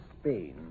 Spain